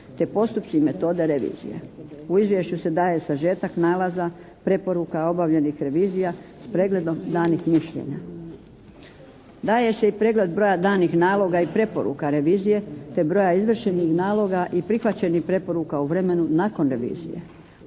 te postupci i metode revizije. U izvješću se daje sažetak nalaza, preporuka obavljenih revizija s pregledom danih mišljenja. Daje se i pregled broja danih naloga i preporuka revizije te broja izvršenih naloga i prihvaćenih preporuka u vremenu nakon revizije.